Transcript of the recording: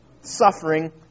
suffering